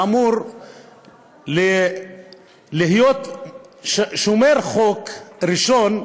שאמור להיות שומר חוק ראשון,